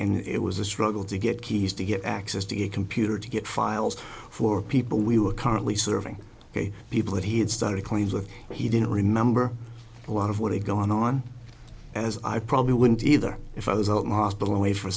and it was a struggle to get keys to get access to a computer to get files for people we were currently serving ok people that he had started claims of he didn't remember a lot of what had gone on as i probably wouldn't either if i was out in the hospital away for